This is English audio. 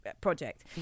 project